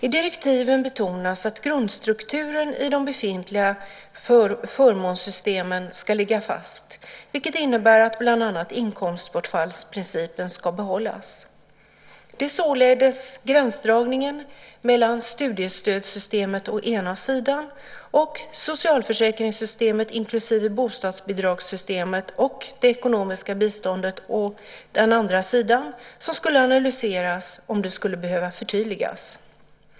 I direktiven betonas att grundstrukturen i de befintliga förmånssystemen ska ligga fast, vilket innebär att bland annat inkomstbortfallsprincipen ska behållas. Det är således gränsdragningen mellan studiestödssystemet å ena sidan och socialförsäkringssystemet inklusive bostadsbidragssystemet och det ekonomiska biståndet å andra sidan som skulle analyseras om det skulle behöva förtydligas.